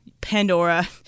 Pandora